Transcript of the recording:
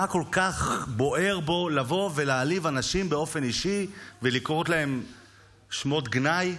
מה כל כך בוער בו לבוא ולהעליב אנשים באופן אישי ולקרוא להם בשמות גנאי?